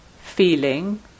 feeling